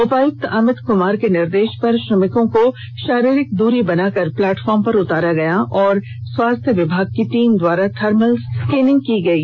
उपायुक्त अमित कुमार के निर्देश पर श्रमिकों को शारीरिक दूरी बनाकर प्लेटफार्म पर उतारा गया और स्वास्थ्य विभाग की टीम द्वारा थर्मल स्क्रीनिंग की गयी